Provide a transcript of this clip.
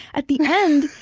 at the end,